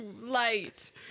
light